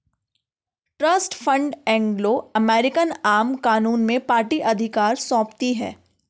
trust fund Anglo American आम कानून में पार्टी अधिकार सौंपती है